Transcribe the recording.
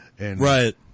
right